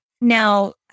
Now